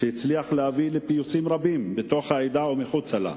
שהצליח להביא לפיוסים רבים בתוך העדה ומחוצה לה.